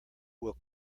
will